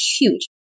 huge